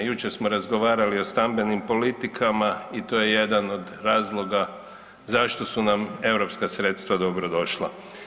Jučer smo razgovarali o stambenim politikama i to je jedan od razloga zašto su nam europska sredstva dobro došla.